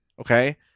okay